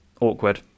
awkward